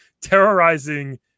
terrorizing